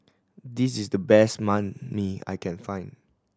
this is the best Banh Mi I can find